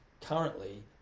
currently